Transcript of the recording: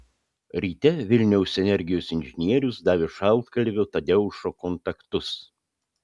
ryte vilniaus energijos inžinierius davė šaltkalvio tadeušo kontaktus